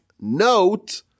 note